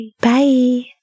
Bye